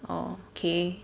okay